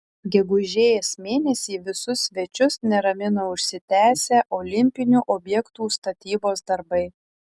gegužės mėnesį visus svečius neramino užsitęsę olimpinių objektų statybos darbai